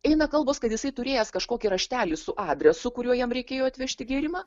eina kalbos kad jisai turėjęs kažkokį raštelį su adresu kuriuo jam reikėjo atvežti gėrimą